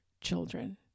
children